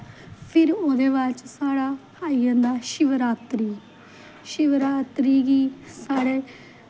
फिर ओह्दे बाद साढ़ा आई जंदा शिवरात्री शिवरात्री गी साढ़ै